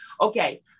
Okay